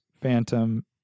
Phantom